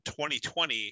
2020